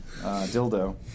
Dildo